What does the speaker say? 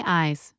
eyes